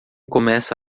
começa